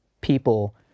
People